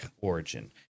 origin